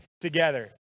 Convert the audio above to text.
together